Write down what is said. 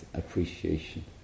appreciation